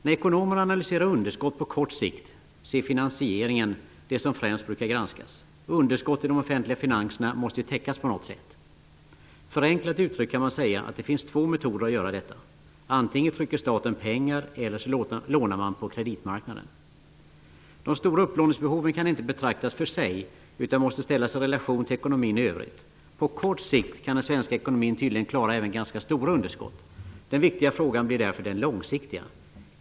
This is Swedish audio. När ekonomer analyserar underskott på kort sikt är finansieringen det som främst brukar granskas. Underskott i de offentliga finanserna måste ju täckas på något sätt. Förenklat uttryckt kan man säga att det finns två metoder att göra detta. Antingen trycker staten pengar eller också lånar man på kreditmarknaden. De stora upplåningsbehoven kan inte betraktas för sig utan måste ställas i relation till ekonomin i övrigt. På kort sikt kan den svenska ekonomin tydligen klara även ganska stora underskott. Den viktiga frågan blir därför den långsiktiga.